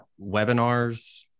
webinars